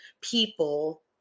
people